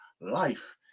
life